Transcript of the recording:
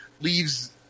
leaves